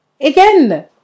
Again